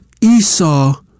Esau